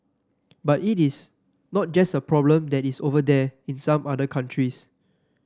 but it is not just a problem that is over there in some other countries